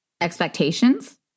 expectations